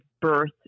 birth